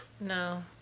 no